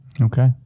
Okay